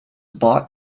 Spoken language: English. bought